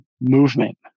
movement